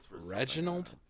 reginald